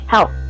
Help